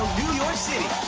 york city